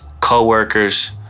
coworkers